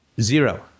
Zero